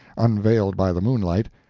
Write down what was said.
unveiled by the moonlight,